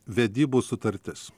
vedybų sutartis